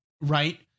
right